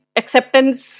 acceptance